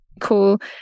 cool